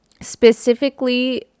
Specifically